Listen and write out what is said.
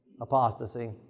apostasy